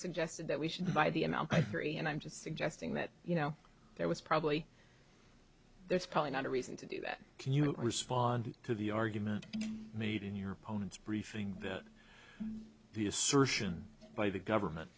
suggested that we should by the amount by three and i'm just suggesting that you know there was probably there's probably not a reason to do that can you respond to the argument made in your opponent's briefing that the assertion by the government